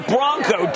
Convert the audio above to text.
Bronco